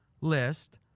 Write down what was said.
list